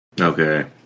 Okay